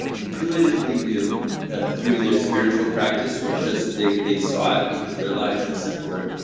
intuitively knew through their spiritual practice or just they they saw it because their lives were simpler,